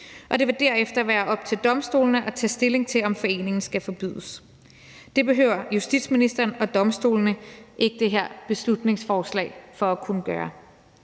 Det vil derefter være op til domstolene at tage stilling til, om foreningen skal forbydes. Det behøver justitsministeren og domstolene ikke det her beslutningsforslag for at kunne gøre.